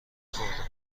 خوردم